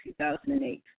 2008